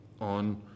on